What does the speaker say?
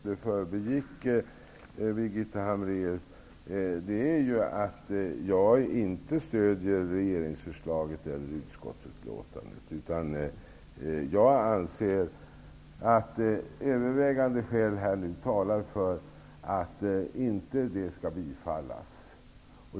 Herr talman! Det viktigaste jag sade i mitt anförande förbegick Birgitta Hambraeus, nämligen att jag inte stöder regeringsförslaget eller utskottsutlåtandet. Jag anser att övervägande skäl talar för att förslaget inte skall bifallas.